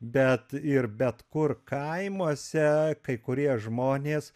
bet ir bet kur kaimuose kai kurie žmonės